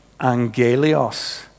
angelios